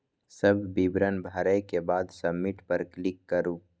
सब विवरण भरै के बाद सबमिट पर क्लिक करू